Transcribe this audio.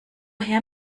her